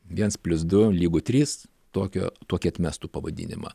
viens plius du lygu trys tokio tokį atmestų pavadinimą